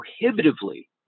prohibitively